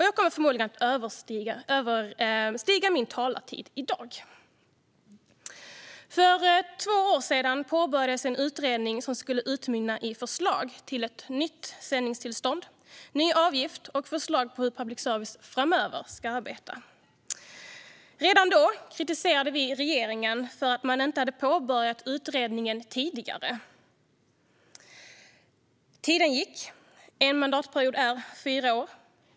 Jag kommer förmodligen att överskrida min talartid i dag. För två år sedan påbörjades en utredning som skulle utmynna i förslag till ett nytt sändningstillstånd, till en ny avgift och till hur public service framöver ska arbeta. Redan då kritiserade vi regeringen för att man inte hade påbörjat utredningen tidigare. Tiden gick. En mandatperiod är fyra år.